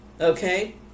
Okay